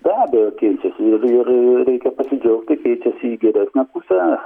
be abejo keičiasi ir ir reikia pasidžiaugti keičiasi į geresnę pusę